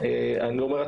ממשלות.